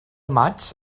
maig